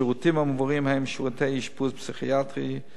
השירותים המועברים הם שירותי אשפוז פסיכיאטרי,